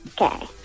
Okay